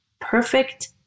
perfect